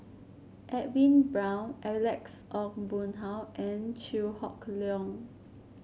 Edwin Brown Alex Ong Boon Hau and Chew Hock Leong